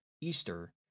Easter